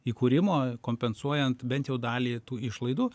įkūrimo kompensuojant bent jau dalį tų išlaidų